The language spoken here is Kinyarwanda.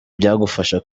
byagufasha